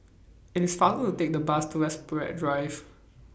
IT IS faster to Take The Bus to Enterprise Road